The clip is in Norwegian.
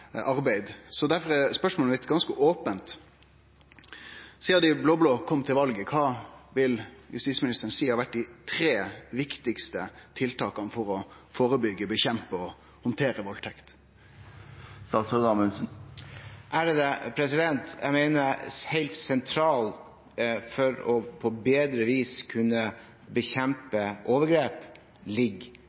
er spørsmålet mitt ganske ope: Sidan dei blå-blå kom til makta, kva vil justisministeren seie har vore dei tre viktigaste tiltaka for å førebyggje, motverke og handtere valdtekt? Jeg mener at helt sentralt for på bedre vis å kunne bekjempe overgrep er nærpolitireformen, som for